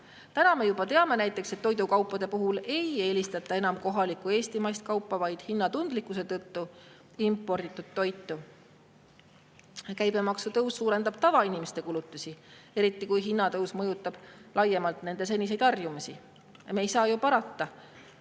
Täna me juba teame, et näiteks toidukaupade puhul ei eelistata enam kohalikku, eestimaist kaupa, vaid hinnatundlikkuse tõttu [eelistatakse] imporditud toitu. Käibemaksutõus suurendab tavainimeste kulutusi, eriti kui hinnatõus mõjutab laiemalt nende seniseid harjumusi. Me ei saa ju [sinna